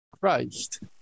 Christ